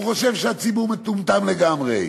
הוא חושב שהציבור מטומטם לגמרי.